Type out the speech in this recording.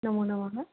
नमो नमः